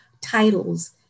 titles